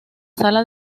sala